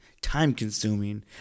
time-consuming